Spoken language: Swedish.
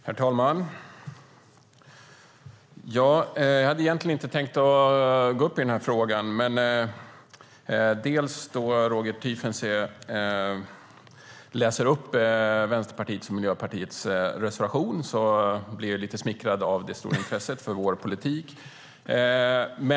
Herr talman! Jag hade egentligen inte tänkt gå upp i den här frågan, men då Roger Tiefensee läser upp Vänsterpartiets och Miljöpartiets reservation blir jag lite smickrad av det stora intresset för vår politik.